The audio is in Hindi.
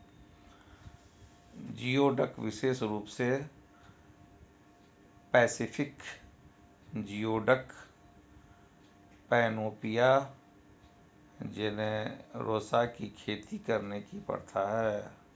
जियोडक विशेष रूप से पैसिफिक जियोडक, पैनोपिया जेनेरोसा की खेती करने की प्रथा है